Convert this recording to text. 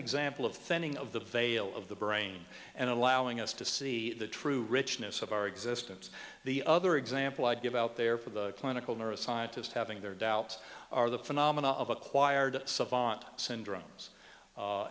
example of thinning of the veil of the brain and allowing us to see the true richness of our existence the other example i give out there for the clinical nurse scientist having their doubts are the phenomena of acquired savant syndrome